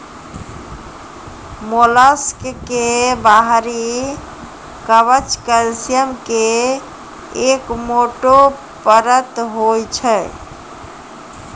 mollusc के बाहरी कवच कैल्सियम के एक मोटो परत होय छै